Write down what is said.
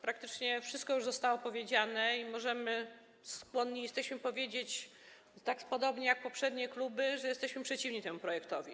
Praktycznie wszystko już zostało powiedziane i możemy, jesteśmy skłonni powiedzieć, podobnie jak poprzednie kluby, że jesteśmy przeciwni temu projektowi.